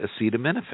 acetaminophen